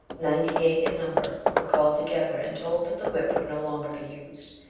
ninety-eight in number, were called together and told that the whip would no longer be used,